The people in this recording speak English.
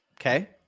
Okay